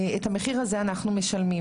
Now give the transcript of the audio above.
את המחיר הזה אנחנו משלמים.